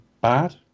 bad